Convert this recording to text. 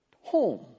home